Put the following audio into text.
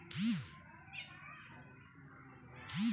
हम अपना फसल के देख रेख खातिर मोबाइल से कइसे जानी?